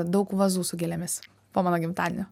daug vazų su gėlėmis po mano gimtadienio